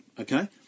Okay